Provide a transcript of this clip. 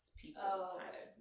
people